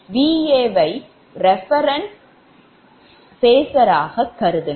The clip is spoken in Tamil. Va வை reference phasor ஆக கருதுங்கள்